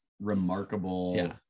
remarkable